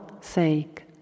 sake